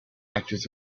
patches